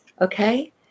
okay